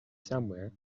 somewhere